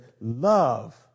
love